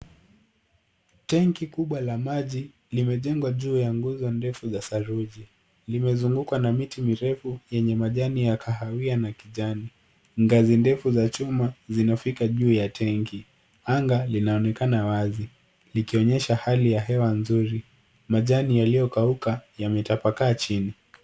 Tenki kubwa la maji limejengwa juu ya nguzo ndefu za saruji. Limezungukwa na miti mirefu yenye majani ya kahawia na kijani. Ngazi ndefu za chuma zinafka juu ya tenki. Anga linaonekana wazi likionyesha hali ya hewa nzuri. Majani yaliyokauka yametapakaa chini.